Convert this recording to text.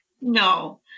No